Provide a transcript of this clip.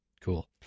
Cool